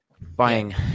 buying –